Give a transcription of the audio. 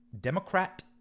Democrat